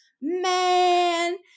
man